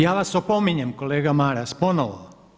Ja vas opominjem kolega Maras ponovo.